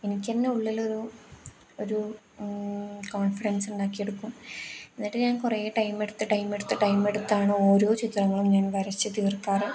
എനിക്കുതന്നെ ഉള്ളിലൊരു ഒരു കോൺഫിഡൻസ് ഉണ്ടാക്കിയെടുക്കും എന്നിട്ട് ഞാൻ കുറേ ടൈമെടുത്ത് ടൈമെടുത്ത് ടൈമെടുത്താണ് ഓരോ ചിത്രങ്ങളും ഞാൻ വരച്ച് തീർക്കാറ്